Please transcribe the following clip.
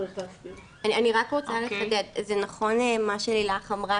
אני רק רוצה לחדד: זה נכון מה שלילך אמרה,